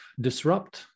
disrupt